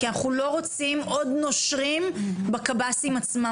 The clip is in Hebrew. כי אנחנו לא רוצים עוד נושרים בקב"סים עצמם.